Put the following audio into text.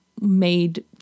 made